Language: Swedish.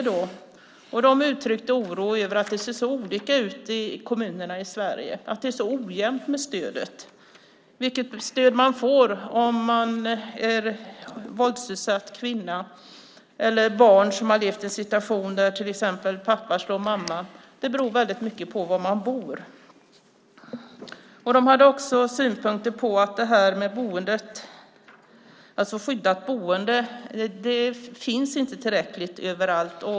De uttryckte oro över att det ser så olika ut i kommunerna i Sverige, att det är så ojämnt med stödet. Vilket stöd man får om man är en våldsutsatt kvinna eller ett barn som har levt i en situation där till exempel pappa slår mamma beror väldigt mycket på var man bor. De hade också synpunkter på att det inte finns tillräckligt med skyddade boenden överallt.